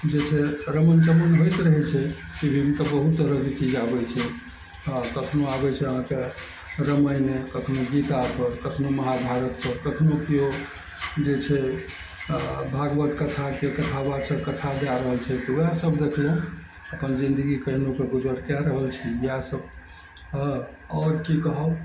जे छै रमण चमन होइत रहय छै टी वी मे तऽ बहुत तरहके चीज आबय छै कखनो आबय छै अहाँके रामायणे कखनो गीतापर कखनो महाभारतपर कखनो केओ जे छै भागवत कथाके कथा बाचक कथा दए रहल छै तऽ वएह सब देखलहुँ अपन जिन्दगी कहिनो गुजर कए रहल छी इएह सब कहब आओर की कहब